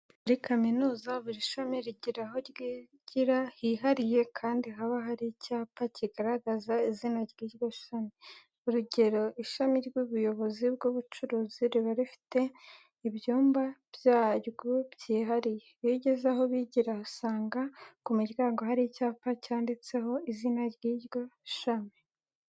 Muri kaminuza buri shami rigira aho ryigira hihariye kandi haba hari icyapa kigaragaza izina ry'iryo shami. Urugero, ishami ry'ubuyobozi bw'ubucuruzi riba rifite ibyumba byaryo byihariye. Iyo ugeze aho bigira usanga ku muryango hari icyapa cyanditseho izina ry'iryo shami.